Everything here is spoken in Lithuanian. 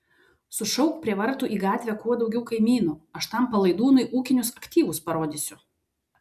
sušauk prie vartų į gatvę kuo daugiau kaimynų aš tam palaidūnui ūkinius aktyvus parodysiu